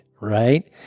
right